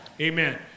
Amen